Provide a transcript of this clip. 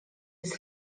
jest